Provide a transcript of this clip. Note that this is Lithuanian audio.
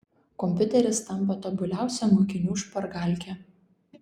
kompiuteris tampa tobuliausia mokinių špargalke